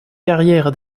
carrière